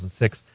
2006